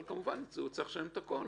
אבל כמובן הוא צריך לשלם הכול.